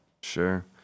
Sure